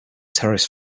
terrorist